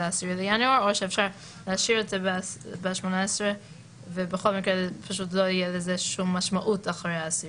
ל-10 בינואר או להשאיר את זה ב-18 ולא תהיה לזה שום משמעות אחרי ה-10